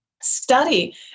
study